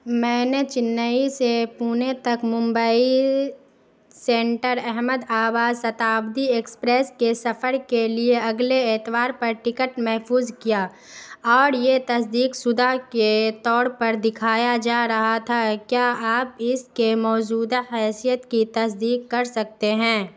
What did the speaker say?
میں نے چنئی سے پونے تک ممبئی سنٹر احمدآباد ستابدی ایکسپریس کے سفر کے لیے اگلے اتوار پر ٹکٹ محفوظ کیا اور یہ تصدیق شدہ کے طور پر دکھایا جا رہا تھا کیا آپ اس کے موجودہ حیثیت کی تصدیق کر سکتے ہیں